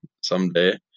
someday